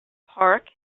park